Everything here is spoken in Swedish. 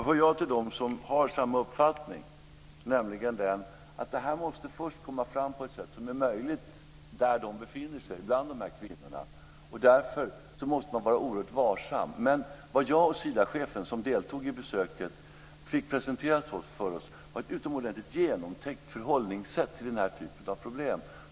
Fru talman! För det första delar jag helt den synpunkt som kommer fram. Vi hade en diskussion just om detta när jag i går besökte Sida. Det intressanta med communityarbetet är just att det nu bedrivs uteslutande av, för och genom kvinnor. När man diskuterar integrationen har jag samma uppfattning, nämligen att detta måste komma fram på ett sätt som är möjligt där dessa kvinnor befinner sig. Man måste därför var mycket varsam. Vad jag och Sidachefen som deltog i besöket, fick presenterat för oss var ett utomordentligt genomtänkt förhållningssätt när det gäller den här typen av problem.